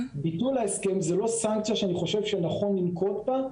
זו לא סנקציה שאני חושב שנכון לנקוט בה,